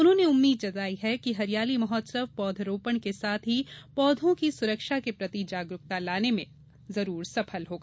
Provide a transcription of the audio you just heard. उन्होंने उम्मीद जताई है कि हरियाली महोत्सव पौध रोपण के साथ पौधों की सुरक्षा के प्रति जागरूकता लाने में अवश्य सफल होगा